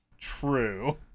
True